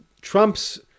Trump's